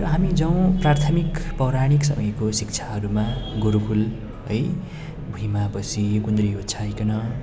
र हामी जाउँ प्राथमिक पौराणिक समयको शिक्षाहरूमा गुरुकुल है भुइँमा बसी गुन्द्री ओछ्याइकन